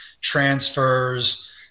transfers